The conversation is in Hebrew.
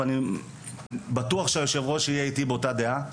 ואני בטוח שהיושב-ראש יהיה איתי באותה דעה.